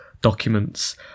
documents